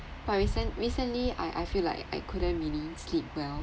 but recent recently I I feel like I couldn't really sleep well